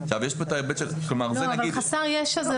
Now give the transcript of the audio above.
אבל חסר ישע,